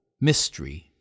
mystery